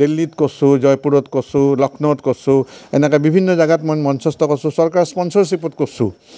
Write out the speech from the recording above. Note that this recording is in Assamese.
দিল্লীত কৰিছোঁ জয়পুৰত কৰিছোঁ লক্ষ্ণৌত কৰিছোঁ এনেকৈ বিভিন্ন জেগাত মই মঞ্চস্থ কৰিছোঁ চৰকাৰৰ স্পঞ্চৰছিপত কৰিছোঁ